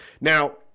Now